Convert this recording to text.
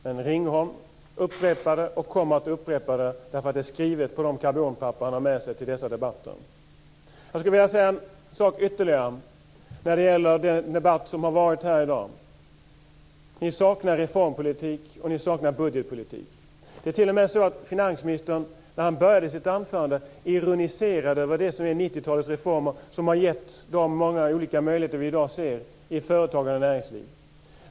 Men Ringholm upprepar det och kommer att upprepa det därför att det är skrivet på de karbonpapper han har med sig till dessa debatter. Jag skulle vilja säga ytterligare en sak när det gäller den debatt som har varit här i dag. Ni saknar reformpolitik och ni saknar budgetpolitik. Det är t.o.m. så att finansministern när han började sitt anförande ironiserade över det som är 90-talets reformer och som har gett de många olika möjligheter vi i dag ser i företagande och näringsliv.